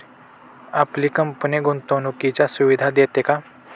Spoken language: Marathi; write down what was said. आपली कंपनी गुंतवणुकीच्या सुविधा देते का?